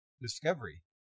Discovery